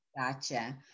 gotcha